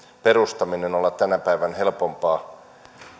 perustaminen olla tänä päivänä helpompaa